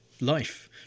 life